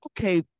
okay